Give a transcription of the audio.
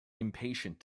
impatient